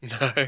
No